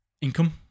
income